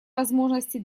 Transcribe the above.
возможности